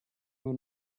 who